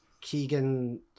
Keegan